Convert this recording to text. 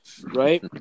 right